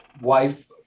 wife